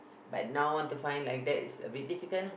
but now want to find like that is a bit difficult